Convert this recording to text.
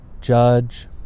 judge